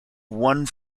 one